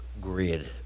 grid